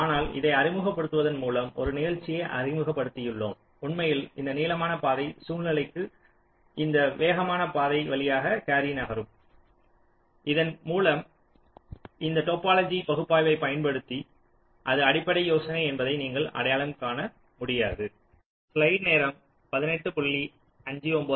ஆனால் இதை அறிமுகப்படுத்துவதன் மூலம் ஒரு நிகழ்ச்சியை அறிமுகப்படுத்தியுள்ளோம் உண்மையில் இந்த நீளமான பாதை சூழ்நிலைக்கு இந்த வேகமான பாதை வழியாக கேரி நகரும் இதன் மூலம் ஆனால் இந்த டோபோலொஜியைப் பகுப்பாய்வை பயன்படுத்தி அது அடிப்படை யோசனை என்பதை நீங்கள் அடையாளம் காணமுடியாது